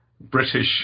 British